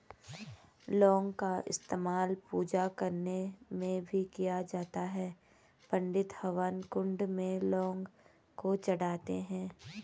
लौंग का इस्तेमाल पूजा करने में भी किया जाता है पंडित हवन कुंड में लौंग को चढ़ाते हैं